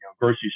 grocery